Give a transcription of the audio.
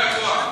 רגוע?